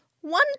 one